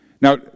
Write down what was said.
Now